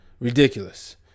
Ridiculous